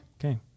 Okay